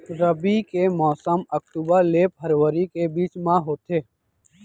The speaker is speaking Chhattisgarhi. रबी के मौसम अक्टूबर ले फरवरी के बीच मा होथे